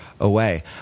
away